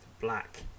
black